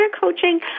coaching